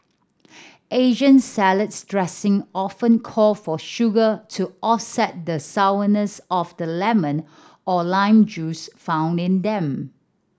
Asian salads dressing often call for sugar to offset the sourness of the lemon or lime juice found in them